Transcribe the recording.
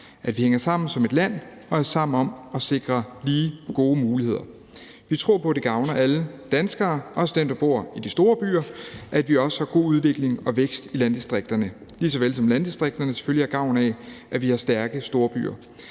at vi hænger sammen som et land og er sammen om at sikre lige og gode muligheder. Vi tror på, at det gavner alle danskere, også dem, der bor i de store byer, at vi også har god udvikling og vækst i landdistrikterne, lige såvel som landdistrikterne selvfølgelig har gavn af, at vi har stærke storbyer.